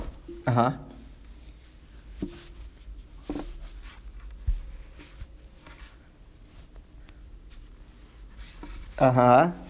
(uh huh) (uh huh)